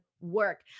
work